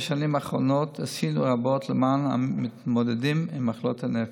בשנים האחרונות עשינו רבות למען המתמודדים עם מחלות הנפש.